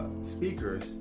speakers